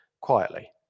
quietly